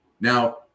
Now